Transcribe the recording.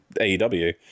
AEW